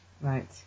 Right